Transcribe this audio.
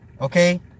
Okay